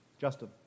justin